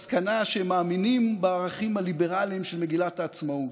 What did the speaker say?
האור ויגיעו למסקנה שהם מאמינים בערכים הליברליים של מגילת העצמאות.